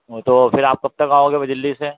वो तो फिर आप कब तक आओगे वो दिल्ली से